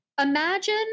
Imagine